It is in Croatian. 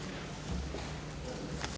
Hvala